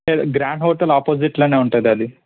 grand hotel opposite లోనే ఉంటుంది అది